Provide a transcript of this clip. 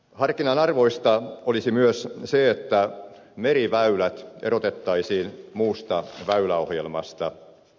harkinnan arvoista olisi myös se että meriväylät erotettaisiin muusta väyläohjelmasta